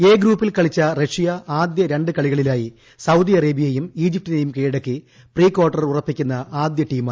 A ഗ്രൂപ്പിൽ കളിച്ച Russia ആദ്യ രണ്ട് കളികളിലായി സൌദി അറേബ്യയേയും ഈജിപ്റ്റിനേയും കീഴടക്കി പ്രീക്വാർട്ടർ ഉറപ്പിക്കുന്ന ആദ്യ ടീമായി